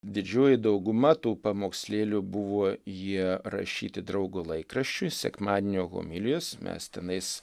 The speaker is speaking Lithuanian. didžioji dauguma tų pamokslėlių buvo jie rašyti draugo laikraščiui sekmadienio homilijos mes tenais